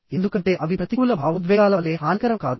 ఎందుకంటే అవి ప్రతికూల భావోద్వేగాల వలె హానికరం కాదు